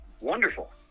wonderful